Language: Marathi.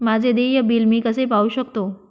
माझे देय बिल मी कसे पाहू शकतो?